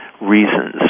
reasons